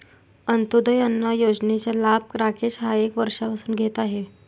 अंत्योदय अन्न योजनेचा लाभ राकेश हा एक वर्षापासून घेत आहे